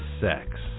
Sex